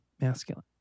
masculine